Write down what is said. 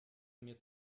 mir